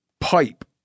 pipe